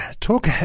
talk